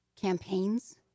campaigns